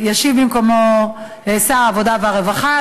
ישיב במקומו שר העבודה והרווחה.